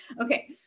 Okay